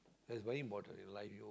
is very important in life you